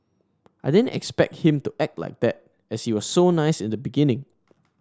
I didn't expect him to act like that as he was so nice in the beginning